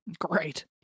Great